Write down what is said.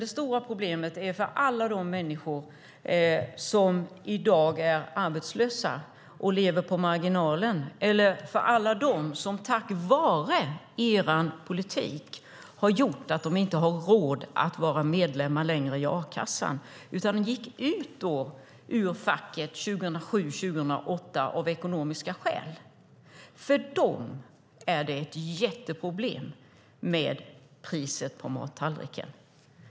Det stora problemet är för alla de människor som i dag är arbetslösa och lever på marginalen eller för alla dem som på grund av er politik inte längre har råd att vara medlemmar i a-kassan utan gick ut ur facket 2007-2008 av ekonomiska skäl. För dem är priset på mattallriken ett jätteproblem.